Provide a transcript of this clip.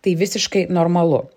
tai visiškai normalu